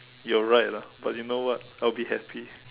you are right lah but you know what I will be happy